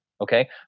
Okay